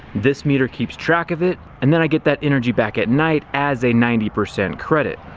this meter keeps track of it and then i get that energy back at night as a ninety percent credit.